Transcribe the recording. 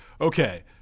okay